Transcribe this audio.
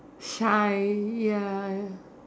shy ya